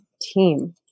team